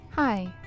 Hi